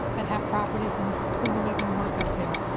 that have properties and who will live and work up there,